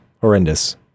horrendous